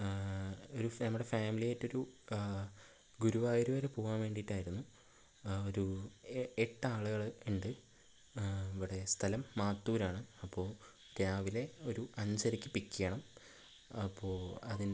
ഒരു നമ്മുടെ ഫാമിലി ആയിട്ടൊരു ഗുരുവായൂര് വരെ പോകാൻ വേണ്ടിയിട്ടായിരുന്നു ആ ഒരു എട്ടു ആളുകള് ഇണ്ട് ഇവിടെ സ്ഥലം മാത്തൂര് ആണ് അപ്പോൾ രാവിലെ ഒരു അഞ്ചരക്ക് പിക്ക് ചെയ്യണം അപ്പോൾ അതിൻ്റെ